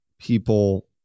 people